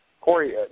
Corey